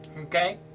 Okay